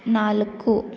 ನಾಲ್ಕು